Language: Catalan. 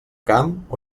camp